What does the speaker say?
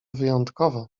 wyjątkowo